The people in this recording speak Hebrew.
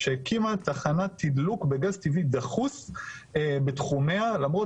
שהקימה תחנת תדלוק בגז טבעי דחוס בתחומיה למרות